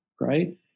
right